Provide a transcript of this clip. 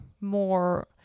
more